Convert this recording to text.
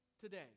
today